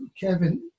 Kevin